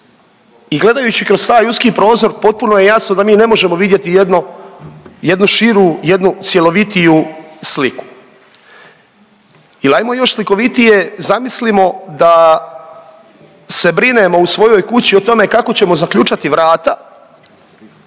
I gledajući kroz taj uski prozor potpuno je jasno da mi ne možemo vidjeti jednu širu, jednu cjelovitiju sliku. Il ajmo još slikovitije, zamislimo da se brinemo u svojoj kući o tome kako ćemo zaključati vrata,